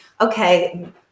okay